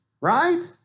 right